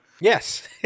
Yes